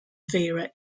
vera